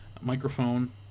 microphone